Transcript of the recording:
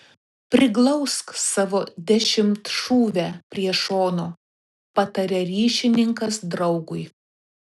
priglausk savo dešimtšūvę prie šono pataria ryšininkas draugui